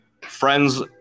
Friends